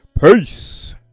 Peace